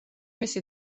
მისი